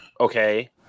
Okay